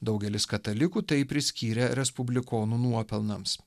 daugelis katalikų tai priskyrė respublikonų nuopelnams